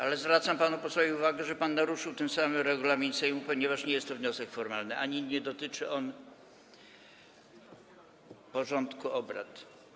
Ale zwracam panu posłowi uwagę, że tym samym naruszył pan regulamin Sejmu, ponieważ nie jest to wniosek formalny ani nie dotyczy porządku obrad.